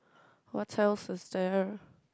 what tell sister